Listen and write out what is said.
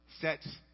sets